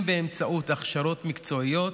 אם באמצעות הכשרות מקצועיות,